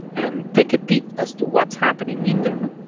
and take a peek as to what is happening in there.